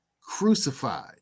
crucified